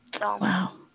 Wow